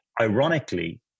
ironically